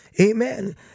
amen